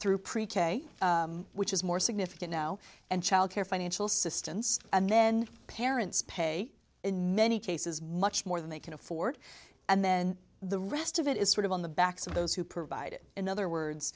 through pre k which is more significant now and childcare financial systems and then parents pay in many cases much more than they can afford and then the rest of it is sort of on the backs of those who provide it in other words